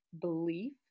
belief